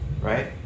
right